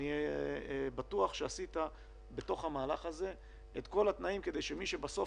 אני בטוח שעשית בתוך המהלך הזה את כל התנאים כדי שמי שבסוף